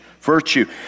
virtue